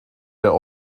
der